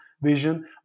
vision